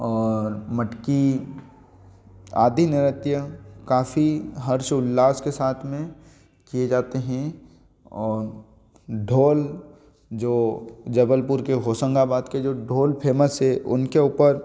और मटकी आदि नृत्य काफ़ी हर्षोल्लास के साथ में किए जाते हैं और ढोल जो जबलपुर के होशंगाबाद के जो ढोल फेमस है उनके ऊपर